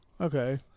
okay